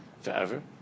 forever